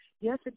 yes